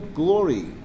glory